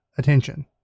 attention